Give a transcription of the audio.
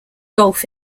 golf